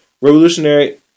revolutionary